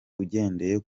ugendeye